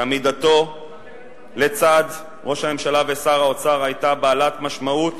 שעמידתו לצד ראש הממשלה ושר האוצר היתה בעלת משמעות